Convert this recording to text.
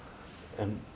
um